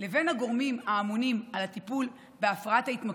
לבין הגורמים האמונים על הטיפול בהפרעת ההתמכרות,